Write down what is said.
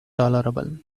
tolerable